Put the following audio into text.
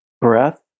breath